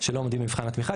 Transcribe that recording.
שלא עומדים במבחן התמיכה,